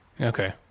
okay